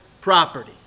property